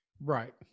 right